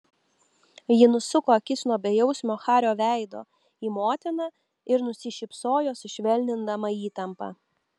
ji nusuko akis nuo bejausmio hario veido į motiną ir nusišypsojo sušvelnindama įtampą